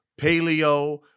paleo